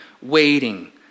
waiting